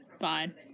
Fine